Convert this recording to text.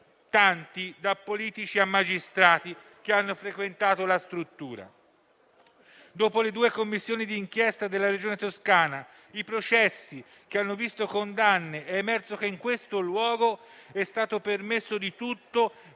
- da politici a magistrati - che hanno frequentato la struttura. Dopo le due Commissioni di inchiesta della Regione Toscana e i processi, che hanno visto condanne, è emerso che in quel luogo è stato permesso di tutto